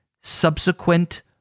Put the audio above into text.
subsequent